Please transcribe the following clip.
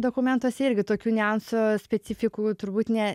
dokumentuose irgi tokių niuansų specifikos turbūt ne